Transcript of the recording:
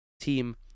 team